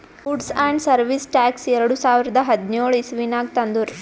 goods and service tax ಎರಡು ಸಾವಿರದ ಹದಿನ್ಯೋಳ್ ಇಸವಿನಾಗ್ ತಂದುರ್